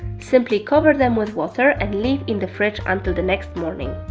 simply cover them with water and leave in the fridge until the next morning.